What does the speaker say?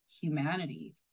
humanity